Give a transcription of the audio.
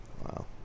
Wow